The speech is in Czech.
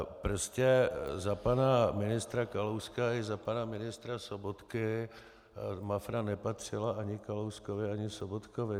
Prostě za pana ministra Kalouska i za pana ministra Sobotky Mafra nepatřila ani Kalouskovi ani Sobotkovi.